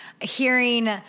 hearing